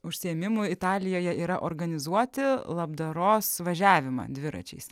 užsiėmimų italijoje yra organizuoti labdaros važiavimą dviračiais